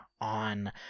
on